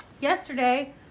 Yesterday